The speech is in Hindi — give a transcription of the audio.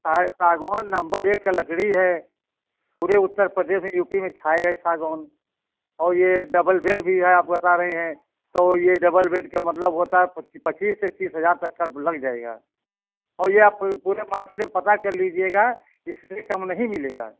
सा सागौन नम्बर एक का लकड़ी है पूरे उत्तर प्रदेश यू पी में छाए है सागौन और ये डबल बेड भी है आप बता रहे हैं तो ये डबल बेड का मतलब होता है पच्चीस से तीन हज़ार तक का लग जाएगा और ये आप मार्केट पूरे मार्केट पता कर लीजिएगा इससे कम नहीं मिलेगा